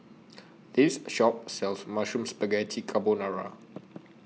This Shop sells Mushroom Spaghetti Carbonara